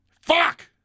Fuck